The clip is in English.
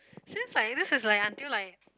since like this is like until like